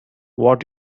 what